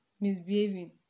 misbehaving